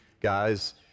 guys